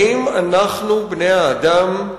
האם אנחנו, בני-האדם,